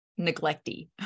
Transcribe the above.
neglecty